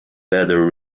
better